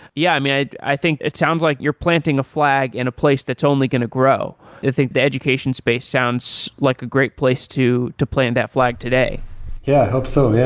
yeah, i i think it sounds like you're planting a flag in a place that's only going to grow. i think the education space sounds like a great place to to plant that flag today yeah, i hope so. yeah